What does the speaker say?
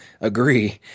agree